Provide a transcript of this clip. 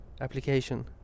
application